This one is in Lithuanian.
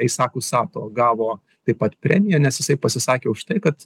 eisaku sato gavo taip pat premiją nes jisai pasisakė už tai kad